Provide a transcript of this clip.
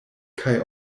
kaj